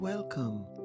Welcome